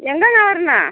எங்கேன வரணும்